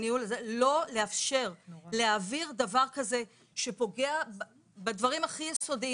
לא לאפשר להעביר דבר כזה שפוגע בדברים הכי יסודיים,